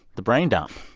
the brain dump.